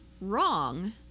wrong